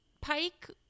Pike